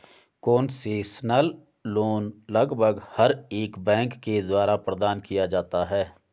concessional loan लगभग हर एक बैंक के द्वारा प्रदान किया जाता है